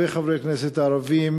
הרבה חברי כנסת ערבים,